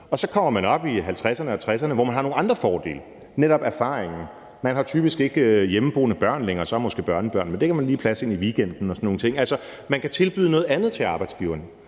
Så kommer man op i 50'erne og 60'erne, hvor man har nogle andre fordele, netop erfaringen. Man har typisk ikke hjemmeboende børn længere – så har man måske børnebørn, men det kan man lige passe ind i weekenden og sådan nogle ting. Altså, man kan tilbyde noget andet til arbejdsgiveren.